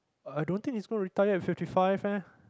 I don't think he's gonna retire in fifty five eh